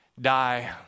die